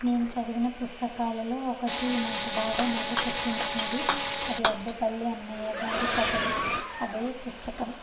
నేను చదివిన పుస్తకాలలో ఒకటి నాకు బాగా నవ్వు తెప్పించినది అది అద్దెపల్లి అన్నయ్య గారి కథలు అదే పుస్తకం